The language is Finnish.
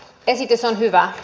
esitys on hyvä